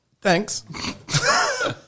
Thanks